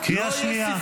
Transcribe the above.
את בקריאה שנייה.